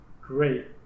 great